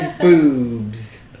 boobs